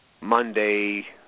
Monday